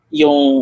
yung